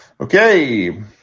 Okay